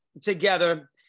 together